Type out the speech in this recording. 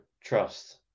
trust